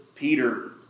Peter